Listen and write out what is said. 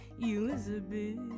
Elizabeth